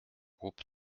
groupes